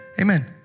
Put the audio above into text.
amen